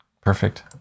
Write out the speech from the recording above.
perfect